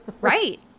Right